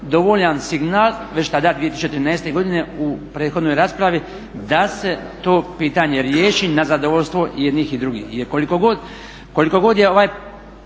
dovoljan signal već tada 2013. godine u prethodnoj raspravi da se to pitanje riješi na zadovoljstvo jednih i drugih.